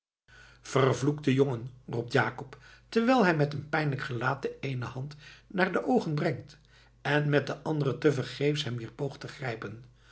vervloekte jongen roept jakob terwijl hij met een pijnlijk gelaat de eene hand naar de oogen brengt en met de andere tevergeefs hem weer poogt te grijpen